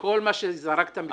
וכל מה שזרקת מסביב,